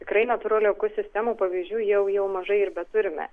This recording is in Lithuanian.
tikrai natūralių ekosistemų pavyzdžių jau jau mažai ir beturime